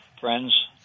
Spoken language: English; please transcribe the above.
Friends